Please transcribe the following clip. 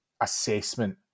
assessment